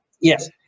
Yes